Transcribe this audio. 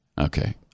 Okay